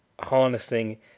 harnessing